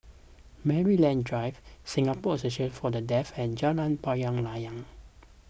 Maryland Drive Singapore Association for the Deaf and Jalan Payoh Lai